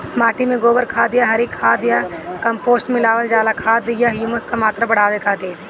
माटी में गोबर खाद या हरी खाद या कम्पोस्ट मिलावल जाला खाद या ह्यूमस क मात्रा बढ़ावे खातिर?